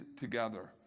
together